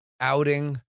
outing